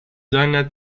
seiner